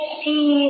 see